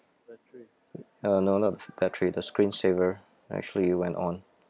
uh no not the battery the screen saver actually went on